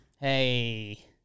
Hey